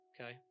Okay